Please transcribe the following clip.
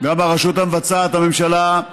שגם הרשות המבצעת, הממשלה,